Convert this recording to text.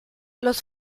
los